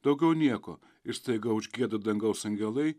daugiau nieko ir staiga užgieda dangaus angelai